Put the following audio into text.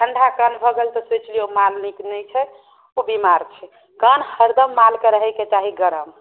ठण्ढा कान भऽ गेल तऽ सोचि लिऔ माल नीक नहि छै ओ बीमार छै कान हरदम मालके रहैकेँ चाही गरम